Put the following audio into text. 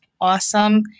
awesome